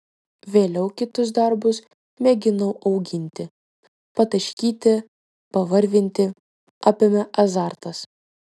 vėliau kitus darbus mėginau auginti pataškyti pavarvinti apėmė azartas